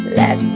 let